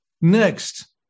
next